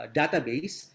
database